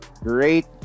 Great